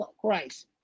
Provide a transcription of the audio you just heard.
Christ